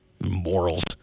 Morals